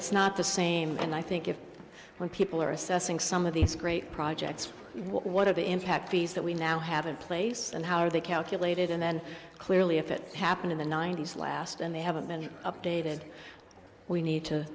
it's not the same and i think if when people are assessing some of these great projects what are the impact fees that we now have in place and how are they calculated and then clearly if it happened in the ninety's last and they haven't been updated we need to